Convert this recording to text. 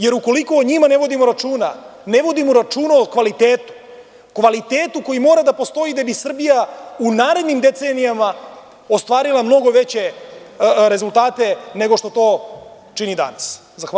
Jer, ukoliko o njima ne vodimo računa, ne vodimo računa o kvalitetu koji mora da postoji da bi Srbija u narednim decenijama ostvarila mnogo veće rezultate nego što to čini danas.